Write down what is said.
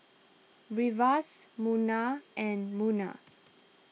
Firash Munah and Munah